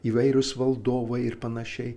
įvairūs valdovai ir panašiai